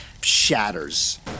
shatters